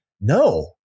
No